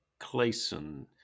Clayson